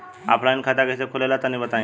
Offline खाता कइसे खुले ला तनि बताई?